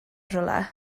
rhywle